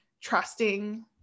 trusting